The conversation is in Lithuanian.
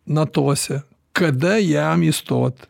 natose kada jam įstot